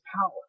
power